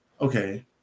Okay